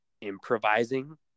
improvising